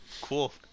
Cool